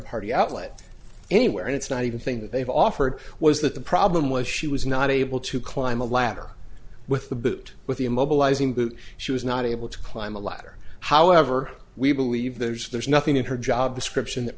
party outlet anywhere and it's not even thing that they've offered was that the problem was she was not able to climb a ladder with the boot with the immobilizing boot she was not able to climb a ladder however we believe those there's nothing in her job description that